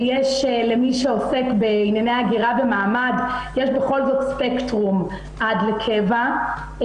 ולמי שעוסק בענייני הגירה ומעמד יש בכל זאת ספקטרום עד לקבע.